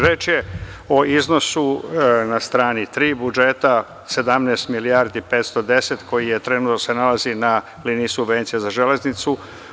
Reč je o iznosu, na strani tri budžeta, 17 milijardi 510 koji se trenutno nalazi na liniji subvencija za železnicu.